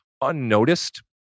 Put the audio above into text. unnoticed